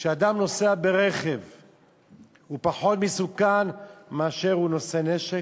כשאדם נוסע ברכב הוא פחות מסוכן מאשר כשהוא נושא נשק?